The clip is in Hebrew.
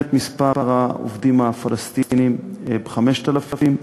את מספר העובדים הפלסטינים ב-5,000.